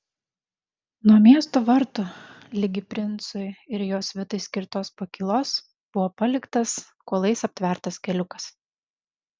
nuo miesto vartų ligi princui ir jo svitai skirtos pakylos buvo paliktas kuolais aptvertas keliukas